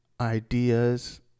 ideas